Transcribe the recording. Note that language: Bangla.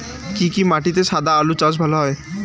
কি কি মাটিতে সাদা আলু চাষ ভালো হয়?